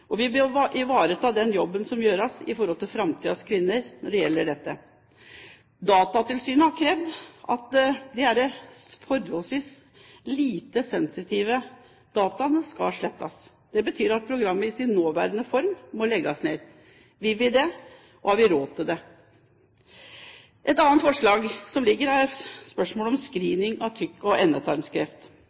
og vi bør ivareta den jobben som må gjøres med tanke på framtidens kvinner når det gjelder dette. Datatilsynet har krevd at disse forholdsvis lite sensitive dataene skal slettes. Det betyr at programmet i sin nåværende form må legges ned. Vil vi det, og har vi råd til det? Et annet forslag i innstillingen, er spørsmålet om screening av tykktarms- og endetarmskreft.